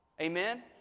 Amen